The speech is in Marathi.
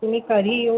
तुम्ही कधी येऊन